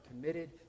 committed